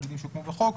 תאגידים שהוקמו בחוק,